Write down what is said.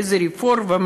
ואיזה רפורמה?